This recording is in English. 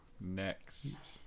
next